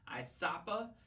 ISAPA